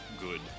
good